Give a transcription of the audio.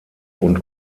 und